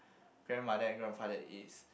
grandmother and grandfather is